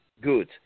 good